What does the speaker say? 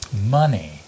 money